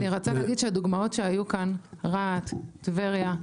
אני רוצה להגיד שהדוגמאות שהיו כאן, רהט, טבריה,